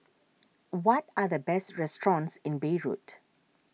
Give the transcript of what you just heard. what are the best restaurants in Beirut